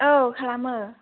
औ खालामो